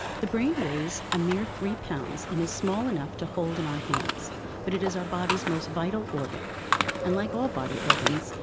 the brain weighs a mere three pounds and is small enough to hold in our hands but it is our body's most vital organ and, like all body organs,